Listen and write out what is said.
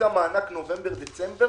מענק נובמבר-דצמבר